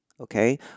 okay